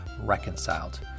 reconciled